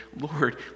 Lord